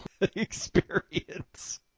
experience